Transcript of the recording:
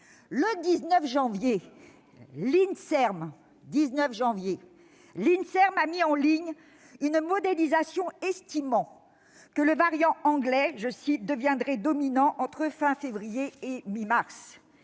médicale (Inserm) a mis en ligne une modélisation estimant que le variant anglais « deviendrait dominant entre fin février et mi-mars ».